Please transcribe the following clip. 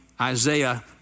Isaiah